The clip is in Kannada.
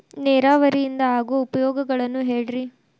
ನೇರಾವರಿಯಿಂದ ಆಗೋ ಉಪಯೋಗಗಳನ್ನು ಹೇಳ್ರಿ